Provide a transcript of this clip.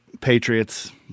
Patriots